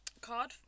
card